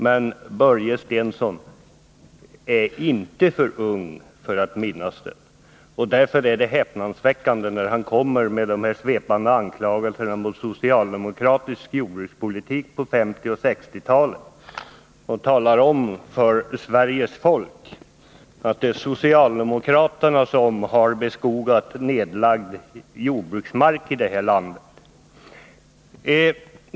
Men Börje Stensson är inte för ung för att minnas den, och därför är det häpnadsväckande när han kommer med de här svepande anklagelserna mot socialdemokratisk jordbrukspolitik under 1950 och 1960-talen och talar om för Sveriges folk att det är socialdemokraterna som har beskogat nedlagd jordbruksmark i det här landet.